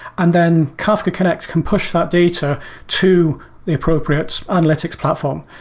and then kafka connect can push that data to the appropriate analytics platform.